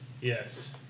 Yes